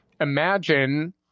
Imagine